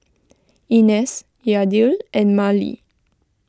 Inez Yadiel and Marely